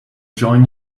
join